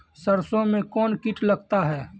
सरसों मे कौन कीट लगता हैं?